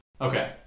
Okay